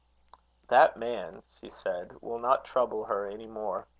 that man, she said, will not trouble her any more.